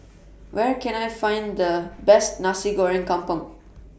Where Can I Find The Best Nasi Goreng Kampung